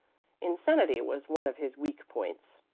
insanity was one of his weak points.